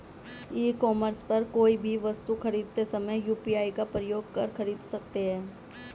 ई commerce पर कोई भी वस्तु खरीदते समय यू.पी.आई का प्रयोग कर खरीद सकते हैं